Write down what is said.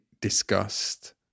discussed